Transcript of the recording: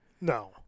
No